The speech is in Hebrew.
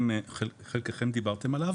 חלקכם דיברתם עליו